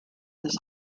this